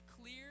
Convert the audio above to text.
clear